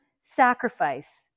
sacrifice